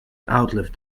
outlive